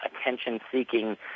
attention-seeking